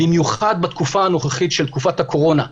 במיוחד בתקופה הנוכחית של תקופת הקורונה.